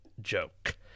joke